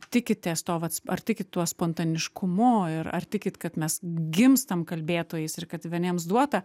tikitės to vat ar tikit tuo spontaniškumu ir ar tikit kad mes gimstam kalbėtojais ir kad vieniems duota